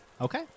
Okay